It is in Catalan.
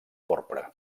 porpra